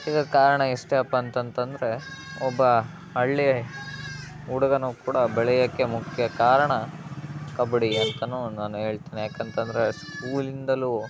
ಇದಕ್ಕೆ ಕಾರಣ ಇಷ್ಟೇಯಪ್ಪ ಅಂತಂತಂದರೆ ಒಬ್ಬ ಹಳ್ಳಿ ಹುಡುಗನೂ ಕೂಡ ಬೆಳೆಯೋಕೆ ಮುಖ್ಯ ಕಾರಣ ಕಬಡ್ಡಿ ಅಂತಾನೂ ನಾನು ಹೇಳ್ತೇನೆ ಯಾಕಂತಂದರೆ ಸ್ಕೂಲಿಂದಲೂ